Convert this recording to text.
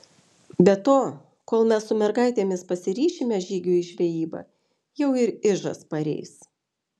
be to kol mes su mergaitėmis pasiryšime žygiui į žvejybą jau ir ižas pareis